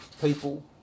people